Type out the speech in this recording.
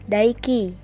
Daiki